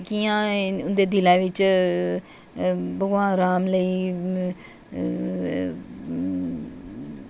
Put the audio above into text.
कियां एह् इंदे दिला बिच भगवान राम लेई